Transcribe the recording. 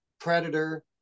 Predator